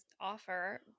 offer